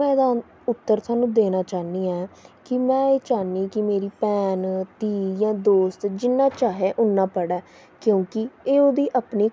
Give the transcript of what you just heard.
में एह्दा उत्तर तुआनू देना चाह्नी आं कि में एह् चाह्नी कि मेरी भैन धी जां दोस्त जि'यां चाहे उ'आं पढ़ै क्योंकि एह् ओह्दी अपनी